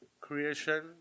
creation